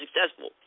successful